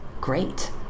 great